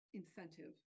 incentive